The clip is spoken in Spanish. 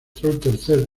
tercer